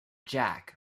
jack